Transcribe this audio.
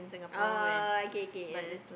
oh oh oh K K ah